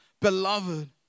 beloved